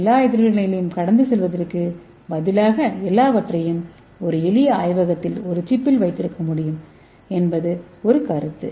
எனவே எல்லா எதிர்வினைகளையும் கடந்து செல்வதற்குப் பதிலாக எல்லாவற்றையும் ஒரு எளிய ஆய்வகத்தில் ஒரு சிப்பில் வைத்திருக்க முடியும் என்பது ஒரு கருத்து